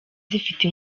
zifite